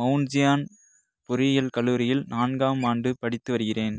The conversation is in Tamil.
மௌன்சியான் பொறியியல் கல்லூரியில் நான்காம் ஆண்டு படித்து வருகிறேன்